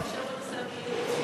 בוא נישאר בנושא הבריאות.